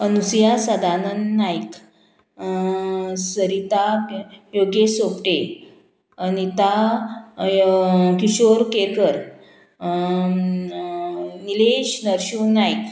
Anusuiya Sadanand Naik Sarita Yogesh Sopte Anita Kishor Kerkar Nilesh Narshinh Naik